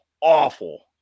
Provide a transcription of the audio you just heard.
awful